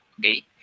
okay